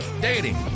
dating